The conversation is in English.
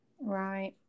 Right